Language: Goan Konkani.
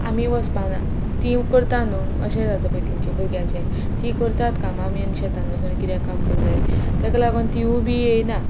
आमी वसपाना तीं करता न्हू अशें जाता पय तेंचे भुरग्यांचे तीं करतात कामां आमी आनी शेतान वसून किद्याक काम करूं जाय तेका लागोन तिवूय बी येयना